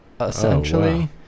essentially